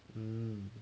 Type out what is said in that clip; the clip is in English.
um